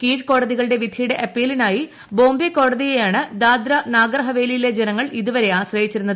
കീഴ് കോടതികളുടെ വിധിയുടെ അപ്പീലിനായി ബോംബെ കോടതിയെയാണ് ദാദ്ര നഗർ ഹവേലിയിലെ ജനങ്ങൾ ഇതുവരെ ആശ്രയിച്ചിരുന്നത്